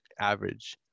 average